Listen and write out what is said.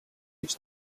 гэж